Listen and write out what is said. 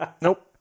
Nope